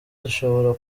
zishobora